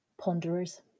ponderers